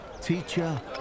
Teacher